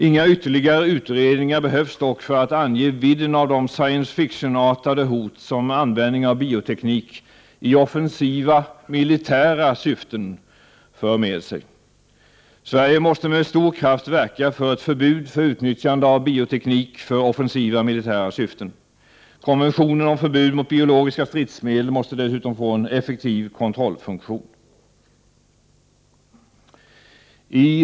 Inga ytterligare utredningar behövs dock för att ange vidden av de science fiction-artade hot som användning av bioteknik i offensiva militära syften för med sig. Sverige måste med stor kraft verka för ett förbud för utnyttjande av bioteknik för offensiva militära syften. Konventionen om förbud mot biologiska stridsmedel måste dessutom få en effektiv kontrollfunktion. Herr talman!